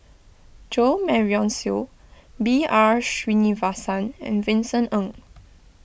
Jo Marion Seow B R Sreenivasan and Vincent Ng